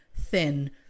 thin